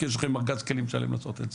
כי יש לכם ארגז כלים שלם לעשות את זה,